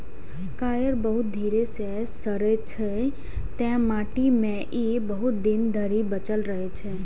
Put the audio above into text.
coir बहुत धीरे सं सड़ै छै, तें माटि मे ई बहुत दिन धरि बचल रहै छै